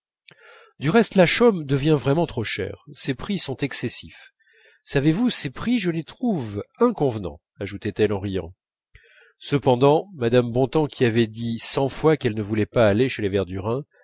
du reste lachaume devient vraiment trop cher ses prix sont excessifs savez-vous ses prix je les trouve inconvenants ajoutait-elle en riant cependant mme bontemps qui avait dit cent fois qu'elle ne voulait pas aller chez les verdurin